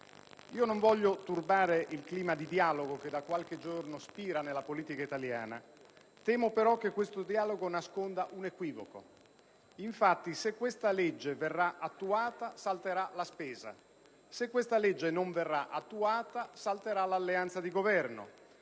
Non voglio turbare il clima di dialogo che da qualche giorno spira nella politica italiana, temo però che questo dialogo nasconda un equivoco: infatti, se questa legge verrà attuata, salterà la spesa; se questa legge non verrà attuata, salterà l'alleanza di governo.